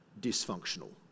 dysfunctional